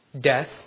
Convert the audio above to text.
death